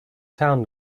town